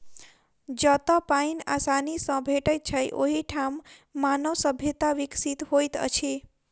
जतअ पाइन आसानी सॅ भेटैत छै, ओहि ठाम मानव सभ्यता विकसित होइत अछि